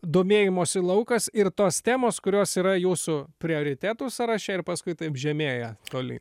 domėjimosi laukas ir tos temos kurios yra jūsų prioritetų sąraše ir paskui taip žemėja toli